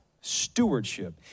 stewardship